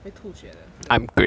会吐血的这个